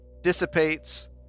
dissipates